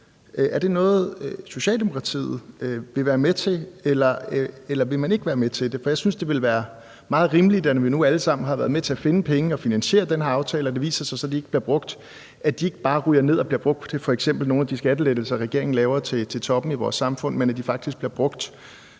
Er det noget, Socialdemokratiet vil være med til, eller vil man ikke være med til det? For jeg synes, det ville være meget rimeligt, når vi nu alle sammen har været med til at finde pengene og finansiere den her aftale, at de, når det viser sig, at de ikke bliver brugt, ikke bare ender med at bliver brugt til f.eks. nogle af de skattelettelser, regeringen laver til toppen i vores samfund, men at de faktisk bliver brugt